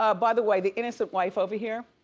ah by the way, the innocent wife over here,